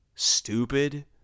Stupid